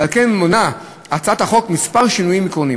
ועל כן מונה הצעת החוק כמה שינויים עקרוניים.